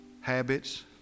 habits